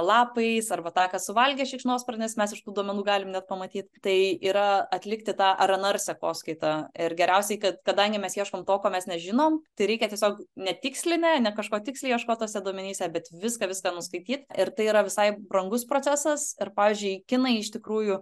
lapais arba tą ką suvalgė šikšnosparnis mes iš tų duomenų galim net pamatyt tai yra atlikti tą rnr sekoskaitą ir geriausiai kad kadangi mes ieškom to ko mes nežinom tai reikia tiesiog netikslinę ne kažko tiksliai ieškot tuose duomenyse bet viską viską nuskaityt ir tai yra visai brangus procesas ir pavyzdžiui kinai iš tikrųjų